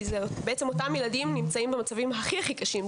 כי אותם ילדים נמצאים במצב הכי הכי קשה,